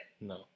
No